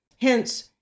Hence